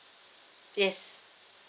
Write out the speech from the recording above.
yes